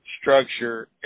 structure